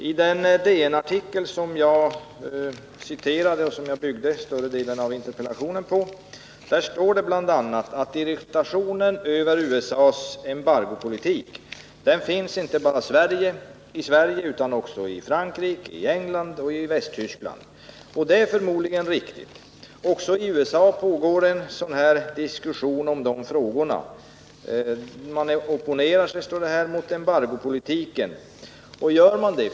I den DN-artikel som jag citerade och som jag byggde större delen av min interpellation på står det bl.a. att irritationen över USA:s embargopolitik finns inte bara i Sverige utan också i Frankrike, England och Västtyskland. Det är förmodligen riktigt. Också i USA pågår en diskussion om dessa frågor. Det står i samma artikel att man där opponerar sig mot embargopolitiken.